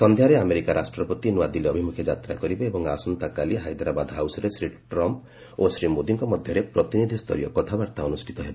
ସନ୍ଧ୍ୟାରେ ଆମେରିକା ରାଷ୍ଟ୍ରପତି ନୂଆଦିଲ୍ଲୀ ଅଭିମୁଖେ ଯାତ୍ରା କରିବେ ଏବଂ ଆସନ୍ତାକାଲି ହାଇଦ୍ରାବାଦ ହାଉସ୍ରେ ଶ୍ରୀ ଟ୍ରମ୍ପ୍ ଓ ଶ୍ରୀ ମୋଦିଙ୍କ ମଧ୍ୟରେ ପ୍ରତିନିଧିସ୍ତରୀୟ କଥାବାର୍ତ୍ତା ଅନୁଷ୍ଠିତ ହେବ